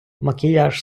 макіяж